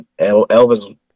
Elvis